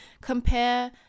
compare